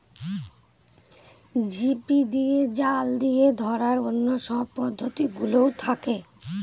ঝিপি দিয়ে, জাল দিয়ে ধরার অন্য সব পদ্ধতি গুলোও থাকে